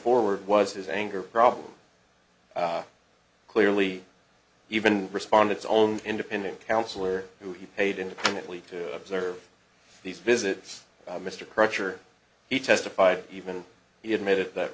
forward was his anger problem clearly even respond its own independent counselor who he paid independently to observe these visits mr cruncher he testified even he admitted that